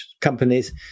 companies